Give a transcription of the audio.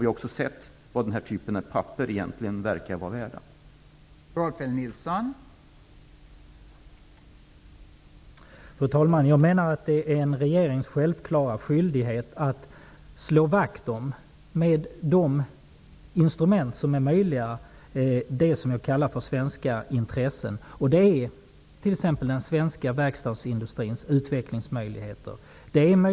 Vi har sett vad den här typen av papper egentligen verkar vara värda i affären Böhler-Uddeholm.